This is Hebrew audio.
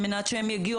על מנת שהם יגיעו,